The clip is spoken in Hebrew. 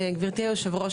גברתי היו"ר,